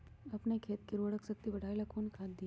अपन खेत के उर्वरक शक्ति बढावेला कौन खाद दीये?